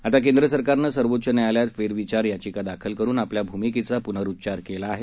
आता केंद्र सरकारनं सर्वोच्च न्यायालयात फेरविचार याचिका दाखल करून आपल्या भूमिकेचा प्नरुच्चार केला आहे